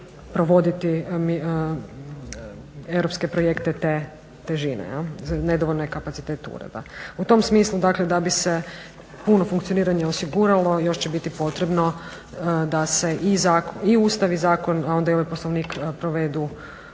provoditi europske projekte te težine, nedovoljan je kapacitet ureda. U tom smislu da bi se puno funkcioniranje osiguralo još će biti potrebno da se i Ustav i zakon a onda i ovaj poslovnik provedu